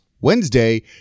Wednesday